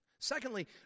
Secondly